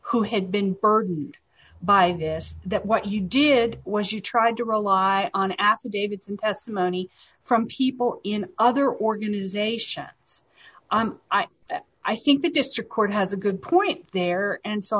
who had been burdened by this that what you did was you tried to rely on affidavit and testimony from people in other organizations it's that i think the district court has a good point there and so